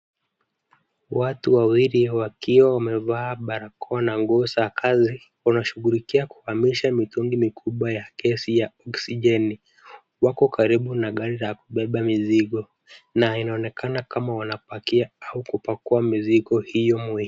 Watu wawili wakiwa wamevalia barakoa na nguoza kazi, wanashughulika kuhamisha mitungi mikubwa ya gesi ya oksijebi. Wako karibu na gari la kubeba mizigo, na wanaonekana kama wanapakia au kupakua mizigo hiyo muhimu.